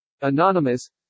Anonymous